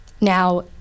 Now